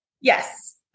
Yes